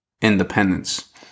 independence